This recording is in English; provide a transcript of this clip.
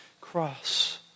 cross